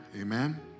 Amen